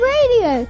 Radio